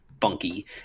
funky